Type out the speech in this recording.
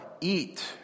eat